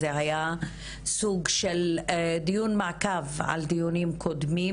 זה היה סוג של דיון מעקב על דיונים קודמים